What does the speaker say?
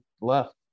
left